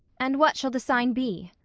and what shall the sign be?